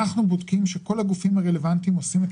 אנחנו בודקים שכל הגופים הרלוונטיים עושים את